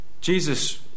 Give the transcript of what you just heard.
Jesus